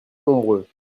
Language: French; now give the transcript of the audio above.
nombreux